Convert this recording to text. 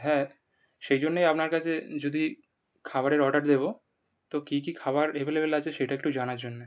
হ্যাঁ সেই জন্যই আপনার কাছে যদি খাবারের অর্ডার দেবো তো কী কী খাবার এভেলেবেল আছে সেটা একটু জানার জন্যে